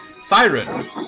Siren